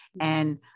and-